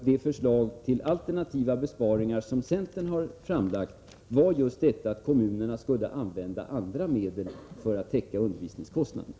Det förslag till alternativa besparingar som centern har framlagt var just detta att kommunerna skulle använda andra medel för att täcka undervisningskostnaderna.